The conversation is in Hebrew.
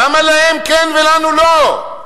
למה להם כן ולנו לא?